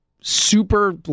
super